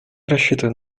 рассчитываю